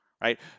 Right